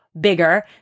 bigger